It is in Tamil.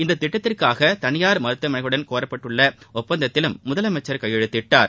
இத்திட்டத்திற்காக தனியார் மருத்துவமனைகளுடன் போடப்பட்டுள்ள ஒப்பந்தத்திலும் முதலமைச்சர் கையெழுத்திட்டார்